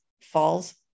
falls